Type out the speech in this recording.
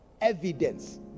evidence